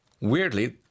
weirdly